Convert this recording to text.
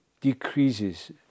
decreases